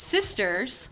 Sisters